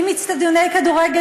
אם אצטדיוני כדורגל,